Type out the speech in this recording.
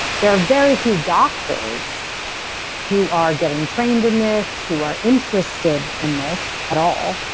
there are very few doctors who are getting trained in this, who are interested in this at all.